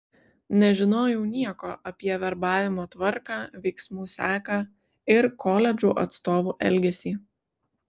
nežinojau nieko apie verbavimo tvarką veiksmų seką ir koledžų atstovų elgesį